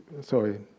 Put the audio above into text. Sorry